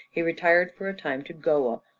he retired for a time to goa,